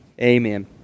Amen